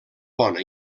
bona